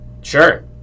Sure